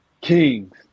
kings